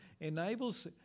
enables